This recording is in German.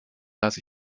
lasse